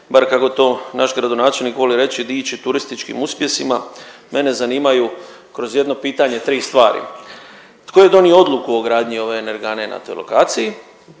bar kako to naš gradonačelnik voli reći, diči turističkim uspjesima, mene zanimaju kroz jedno pitanje tri stvari. Tko je donio odluku o gradnji ove energane na toj lokaciji,